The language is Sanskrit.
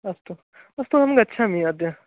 अस्तु अस्तु अहं गच्छामि अद्य